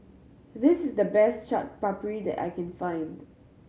this is the best Chaat Papri that I can find